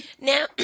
Now